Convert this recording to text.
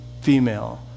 female